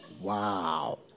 Wow